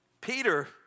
Peter